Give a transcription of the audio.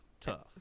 Tough